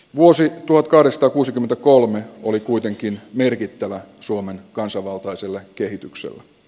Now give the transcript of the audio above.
vuosi potkaista kuusikymmentäkolme oli kuitenkin merkittävä suomen kansanvaltaiselle kehitykselle